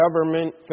government